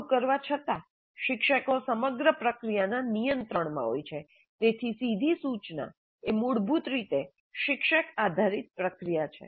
આવું કરવા છતાં શિક્ષકો સમગ્ર પ્રક્રિયાના નિયંત્રણમાં હોય છે તેથી સીધી સૂચના એ મૂળભૂત રીતે શિક્ષક આધારિત પ્રક્રિયા છે